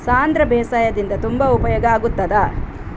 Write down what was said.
ಸಾಂಧ್ರ ಬೇಸಾಯದಿಂದ ತುಂಬಾ ಉಪಯೋಗ ಆಗುತ್ತದಾ?